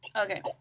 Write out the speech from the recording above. okay